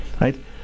right